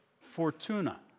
Fortuna